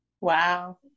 Wow